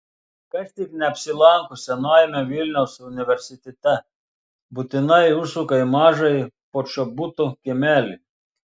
kas tik neapsilanko senajame vilniaus universitete būtinai užsuka į mažąjį počobuto kiemelį